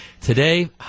today